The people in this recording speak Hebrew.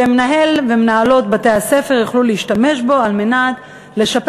מידע שמנהלי ומנהלות בתי-הספר יוכלו להשתמש בו כדי לשפר